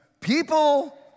people